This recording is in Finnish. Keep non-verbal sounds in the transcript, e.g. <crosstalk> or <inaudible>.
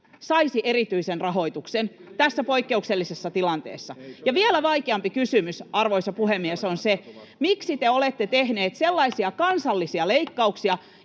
saisi erityisen rahoituksen tässä poikkeuksellisessa tilanteessa? Ja vielä vaikeampi kysymys, arvoisa puhemies, on: miksi te olette tehneet <noise> sellaisia kansallisia leikkauksia,